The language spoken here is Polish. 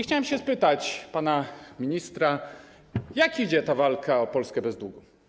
Chciałem spytać pana ministra: Jak idzie ta walka o Polskę bez długu?